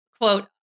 quote